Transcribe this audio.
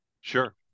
Sure